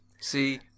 See